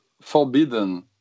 forbidden